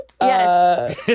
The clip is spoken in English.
Yes